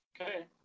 Okay